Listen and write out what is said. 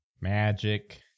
magic